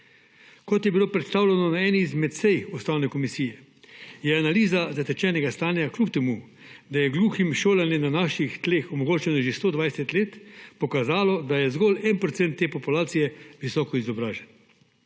Kot je bilo predstavljeno na eni izmed sej Ustavne komisije, je analiza zatečenega stanja, kljub temu da je gluhim šolanje na naših tleh omogočeno že 120 let, pokazala, da je zgolj en procent te populacije visoko izobražen.